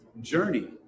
journey